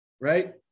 right